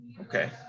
Okay